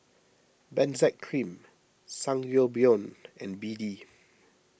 Benzac Cream Sangobion and B D